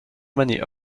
many